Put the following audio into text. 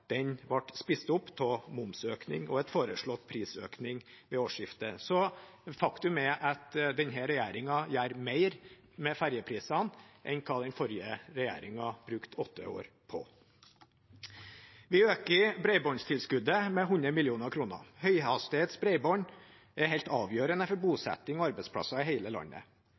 ble spist opp av momsøkning og en foreslått prisøkning ved årsskiftet. Så faktum er at denne regjeringen gjør mer med fergeprisene enn det den forrige regjeringen brukte åtte år på. Vi øker bredbåndstilskuddet med 100 mill. kr. Høyhastighetsbredbånd er helt avgjørende for bosetning og arbeidsplasser i hele landet.